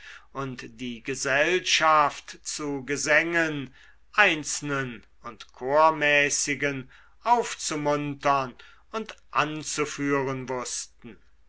und die gesellschaft zu gesängen einzelnen und chormäßigen aufzumuntern und anzuführen wußten